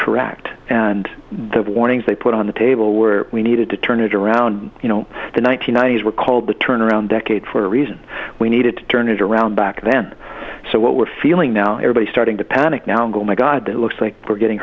correct and the warnings they put on the table were we needed to turn it around you know the one nine hundred ninety s were called the turnaround decade for a reason we needed to turn it around back then so what we're feeling now everybody starting to panic now and go my god it looks like we're getting